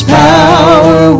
power